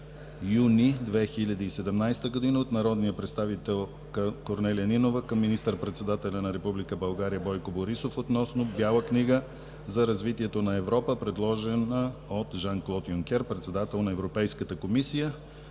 юни 2017 г. от народния представител Корнелия Нинова към министър-председателя на Република България Бойко Борисов относно Бяла книга за развитието на Европа, предложена от Жан-Клод Юнкер – председател на Европейската комисия.